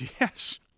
Yes